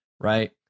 right